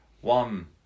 one